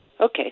Okay